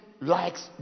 likes